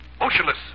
motionless